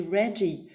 ready